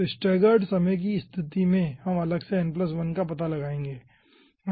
तो स्टैगर्ड समय की स्तिथि में हम अलग से n 1 का पता लगाएंगे